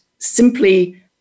Simply